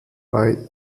bei